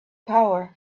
power